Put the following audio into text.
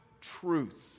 truth